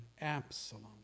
Absalom